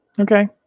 Okay